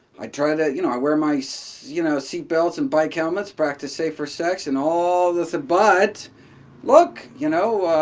i try to, you know, i wear my so you know seat belts and bike helmets, practice safer sex, and all this, but look, you know,